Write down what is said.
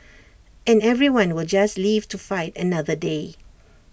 and everyone will just live to fight another day